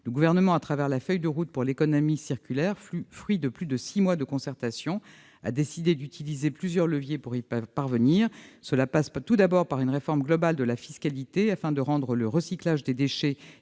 Le Gouvernement, au travers de la feuille de route pour l'économie circulaire, fruit de plus de six mois de concertation, a décidé d'utiliser plusieurs leviers pour y parvenir. Cela passe tout d'abord par une réforme globale de la fiscalité, afin de rendre le recyclage des déchets